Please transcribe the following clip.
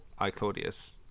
iClaudius